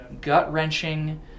gut-wrenching